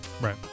Right